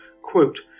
quote